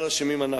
אבל אשמים אנחנו,